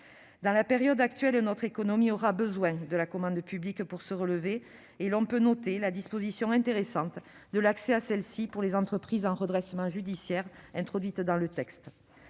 Dans la période actuelle, notre économie aura besoin de la commande publique pour se relever et il faut noter l'intéressante disposition relative à l'accès à la commande publique pour les entreprises en redressement judiciaire introduite dans le texte.